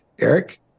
Eric